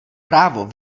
právo